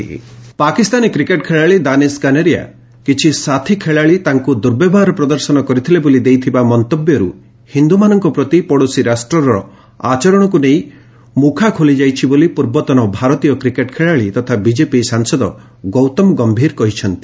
ଗୟୀର Kaneria Pakistani cricket ଖେଳାଳି ଦାନିସ୍ କନେରିଆ କିଛି ସାଥୀ ଖେଳାଳି ତାଙ୍କୁ ଦୁର୍ବବ୍ୟହାର ପ୍ରଦର୍ଶନ କରିଥିଲେ ବୋଲି ଦେଇଥିବା ମନ୍ତବ୍ୟରୁ ହିନ୍ଦୁମାନଙ୍କ ପ୍ରତି ପଡ଼ୋଶୀ ରାଷ୍ଟ୍ରର ଆଚରଣକୁ ନେଇ ମୁଖା ଖୋଲିଯାଇଛି ବୋଲି ପୂର୍ବତନ ଭାରତୀୟ କ୍ରିକେଟ୍ ଖେଳାଳି ତଥା ବିକେପି ସାଂସଦ ଗୌତମ ଗମ୍ଭୀର କହିଛନ୍ତି